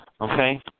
Okay